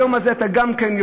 היום הזה אתה גם כן,